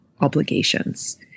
obligations